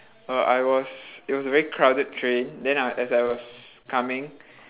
uh I was it was a very crowded train then I as I was coming uh